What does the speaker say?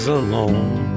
alone